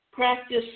Practice